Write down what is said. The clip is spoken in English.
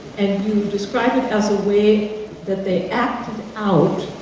and you've described it as a way that they act out,